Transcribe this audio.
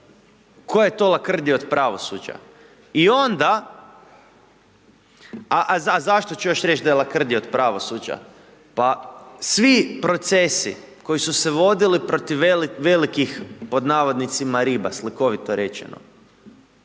koja je to lakrdija od pravosuđa i onda, a zašto ću još reć da je lakrdija od pravosuđa, pa svi procesi koji su se vodili protiv velikih, pod navodnicima riba, slikovito rečeno,